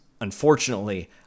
unfortunately